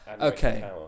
okay